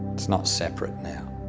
it's not separate now.